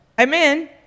amen